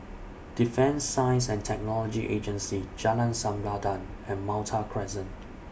Defence Science and Technology Agency Jalan Sempadan and Malta Crescent